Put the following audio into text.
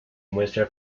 muestra